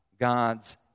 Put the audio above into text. God's